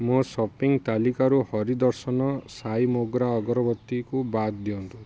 ମୋ ସପିଂ ତାଲିକାରୁ ହରି ଦର୍ଶନ ସାଇ ମୋଗ୍ରା ଅଗରବତୀକୁ ବାଦ୍ ଦିଅନ୍ତୁ